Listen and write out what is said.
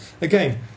Again